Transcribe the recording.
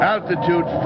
Altitude